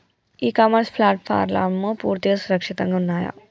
ఇ commerce ప్లాట్ఫారమ్లు పూర్తిగా సురక్షితంగా ఉన్నయా?